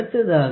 அடுத்ததாக 46